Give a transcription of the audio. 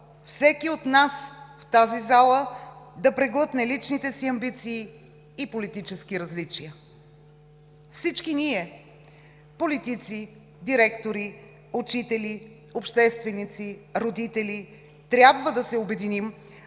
всеки от нас, в тази зала, да преглътне личните си амбиции и политически различия. Всички ние – политици, директори, учители, общественици, родители, трябва да се обединим,